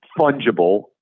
fungible